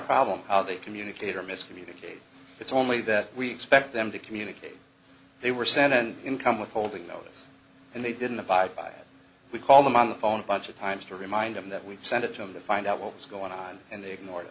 problem how they communicate or miscommunicate it's only that we expect them to communicate they were sent in income withholding notice and they didn't abide by we call them on the phone bunch of times to remind them that we sent it to the find out what was going on and they ignore